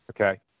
Okay